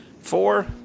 four